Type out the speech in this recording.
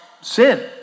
sin